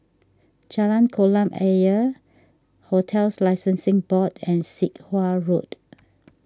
Jalan Kolam Ayer Hotels Licensing Board and Sit Wah Road